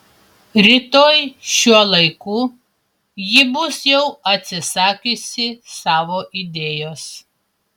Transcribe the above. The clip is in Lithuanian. rytoj šiuo laiku ji bus jau atsisakiusi savo idėjos